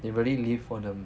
they really live for the